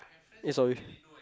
eh sorry